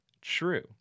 True